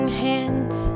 hands